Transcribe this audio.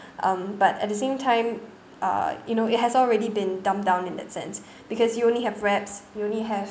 um but at the same time uh you know it has already been dumbed down in that sense because you only have raps you only have